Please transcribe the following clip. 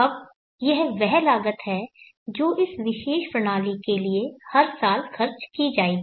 अब यह वह लागत है जो इस विशेष प्रणाली के लिए हर साल खर्च की जाएगी